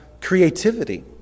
creativity